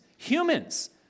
Humans